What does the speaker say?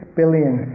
billion